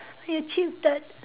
you achieve that